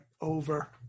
over